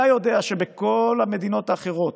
אתה יודע שבכל המדינות האחרות